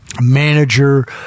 manager